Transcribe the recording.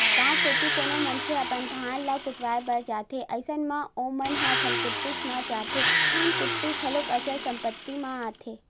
गाँव कोती कोनो मनखे ह अपन धान ल कुटावय बर जाथे अइसन म ओमन ह धनकुट्टीच म जाथे धनकुट्टी घलोक अचल संपत्ति म आथे